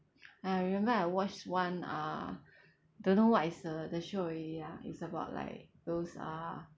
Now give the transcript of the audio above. I remember I watch one uh don't know what is the the show already lah it's about like those uh